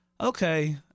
okay